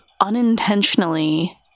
unintentionally